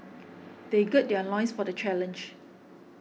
they gird their loins for the challenge